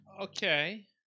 Okay